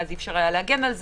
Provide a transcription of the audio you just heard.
ואז אי אפשר להגן על זה,